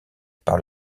par